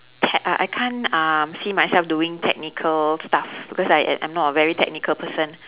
tech~ uh I can't uh see myself doing technical stuff because I I I'm not a very technical person